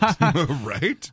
right